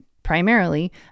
Primarily